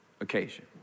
occasion